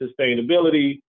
sustainability